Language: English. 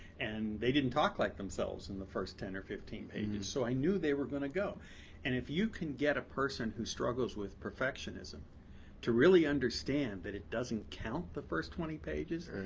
and they didn't talk like themselves in the first ten or fifteen pages. so, i knew they were going to go. and if you can get a person who struggles with perfectionism to really understand that it doesn't count, the first twenty pages,